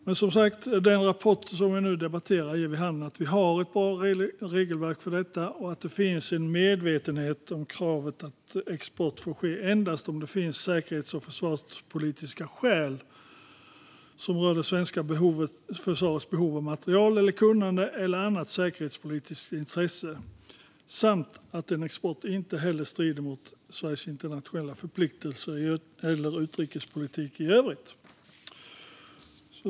Men, som sagt, den rapport som vi nu debatterar ger vid handen att vi har ett bra regelverk för detta och att det finns en medvetenhet om kravet på att export endast får ske om det finns säkerhets och försvarspolitiska skäl som rör det svenska försvarets behov av materiel eller kunnande eller annat säkerhetspolitiskt intresse och det inte heller strider mot Sveriges internationella förpliktelser eller utrikespolitik i övrigt.